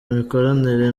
imikoranire